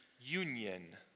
union